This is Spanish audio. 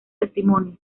testimonios